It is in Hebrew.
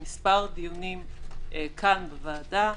מספר דיונים כאן בוועדה,